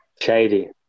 Shady